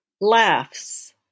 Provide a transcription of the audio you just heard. laughs